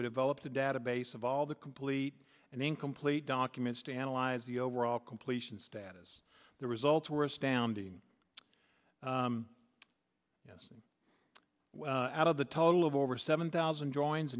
would have elop the database of all the complete and incomplete documents to analyze the overall completion status the results were astounding yes out of the total of over seven thousand joins